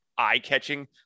eye-catching